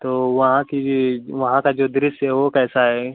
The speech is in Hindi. तो वहाँ की यह वहाँ का जो दृश्य है वह कैसा है